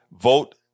Vote